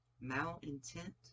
mal-intent